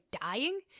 dying